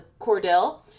Cordell